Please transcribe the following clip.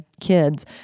kids